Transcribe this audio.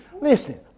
Listen